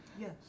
Yes